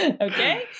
Okay